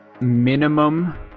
minimum